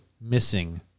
missing